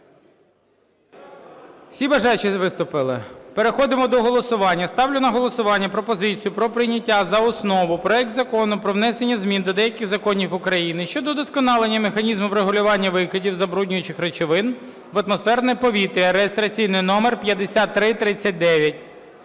Всі бажаючі виступили? Переходимо до голосування. Ставлю на голосування пропозицію про прийняття за основу проекту Закону про внесення змін до деяких законів України щодо удосконалення механізму регулювання викидів забруднюючих речовин в атмосферне повітря (реєстраційний номер 5339).